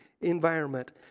environment